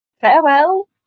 Farewell